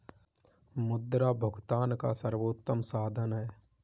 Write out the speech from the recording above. मुद्रा भुगतान का सर्वोत्तम साधन है